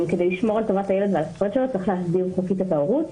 כדי לשמור על טובת הילד ועל הזכויות שלו צריך להסדיר חוקית את ההורות.